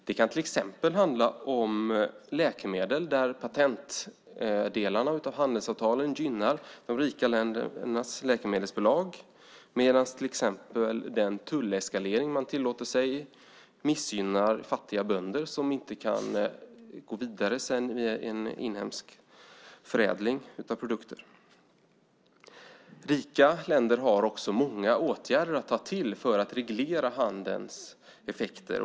Det kan till exempel handla om läkemedel där patentdelarna av handelsavtalen gynnar de rika ländernas läkemedelsbolag medan den tulleskalering man tillåter sig missgynnar fattiga bönder som inte kan gå vidare i en inhemsk förädling av produkter. Rika länder har också många åtgärder att ta till för att reglera handelns effekter.